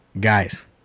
guys